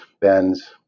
Benz